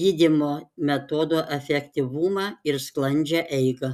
gydymo metodo efektyvumą ir sklandžią eigą